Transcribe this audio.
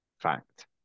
fact